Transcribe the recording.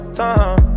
time